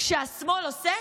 כשהשמאל עושה,